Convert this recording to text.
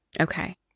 okay